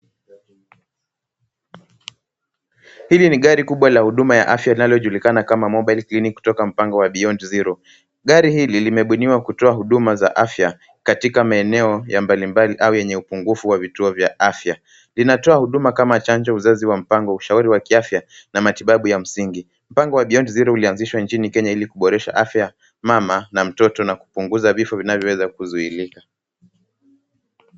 Hili ni gari kubwa la huduma ya afya linalojulikana kama mobile green kutoka mpango wa beyond zero ,gari hili limebuniwa kutoa huduma za afya katika maeneo ya mbalimbali au yenye upungufu wa vituo vya afya ,linatoa huduma kama chanjo ,uzazi wa mpango, ushauri wa kiafya na matibabu ya msingi ,mpango wa beyond zero ulianzishwa nchini Kenya ili kuboresha afya ya mama na mtoto na kupunguza vifo vinavyoweza kuzuilika.